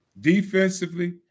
Defensively